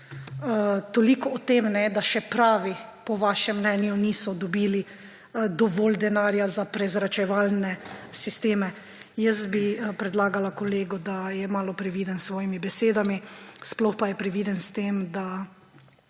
Toliko o tem, da pravi po vašem mnenju še niso dobili dovolj denarja za prezračevalne sisteme. Kolegu bi predlagala, da je malo previden s svojimi besedami, sploh pa je previden s tem, da